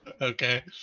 Okay